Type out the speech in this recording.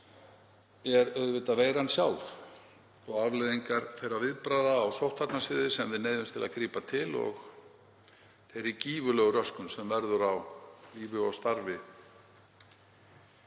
2021 væri auðvitað veiran sjálf og afleiðingar þeirra viðbragða á sóttvarnasviði sem við neyðumst til að grípa til og þeirrar gífurlegu röskunar sem verður á lífi og starfi